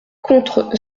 contre